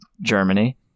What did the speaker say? Germany